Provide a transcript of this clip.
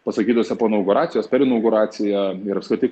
pasakytose po inauguracijos per inauguraciją ir apskritai